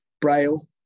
braille